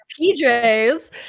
PJs